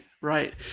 right